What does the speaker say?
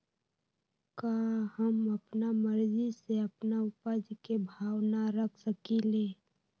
का हम अपना मर्जी से अपना उपज के भाव न रख सकींले?